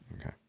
okay